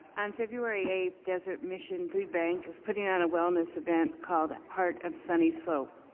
on february eighth, dessert mission food bank is putting on a wellness event called heart of sunny slope.